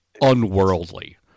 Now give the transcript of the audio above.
unworldly